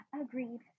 agreed